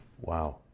Wow